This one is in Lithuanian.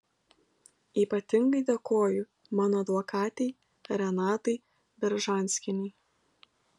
ypatingai dėkoju mano advokatei renatai beržanskienei